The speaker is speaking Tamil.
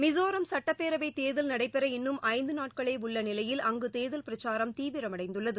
மிசோராம் சுட்டப்பேரவைத் தேதல் நடைபெற இன்னும் ஐந்துநாட்களேஉள்ளநிலையில் அங்குதேர்தல் பிரச்சாரம் தீவிரமடைந்துள்ளது